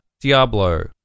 Diablo